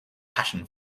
passion